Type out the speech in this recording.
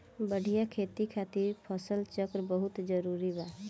बढ़िया खेती खातिर फसल चक्र बहुत जरुरी बा